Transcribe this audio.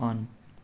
on